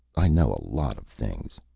i know a lot of things.